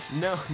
No